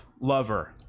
lover